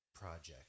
project